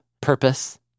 purpose